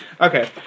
okay